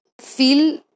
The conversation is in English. feel